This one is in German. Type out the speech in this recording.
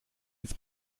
bis